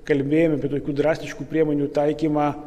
kalbėjom apie tokių drastiškų priemonių taikymą